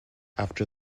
after